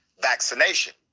vaccination